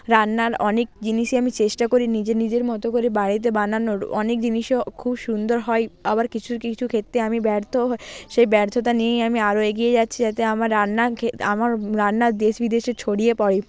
রান্নার অনেক জিনিসই আমি চেষ্টা করি নিজের নিজের মতো করে বাড়িতে বানানোর অনেক জিনিসই খুব সুন্দর হয় আবার কিছু কিছু ক্ষেত্রে আমি ব্যর্থও হই সেই ব্যর্থতা নিয়েই আমি আরও এগিয়ে যাচ্ছি যাতে আমার রান্না আমার রান্না দেশ বিদেশে ছড়িয়ে পড়ে